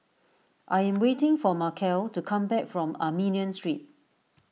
I am waiting for Markell to come back from Armenian Street